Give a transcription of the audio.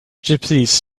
gypsies